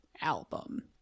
album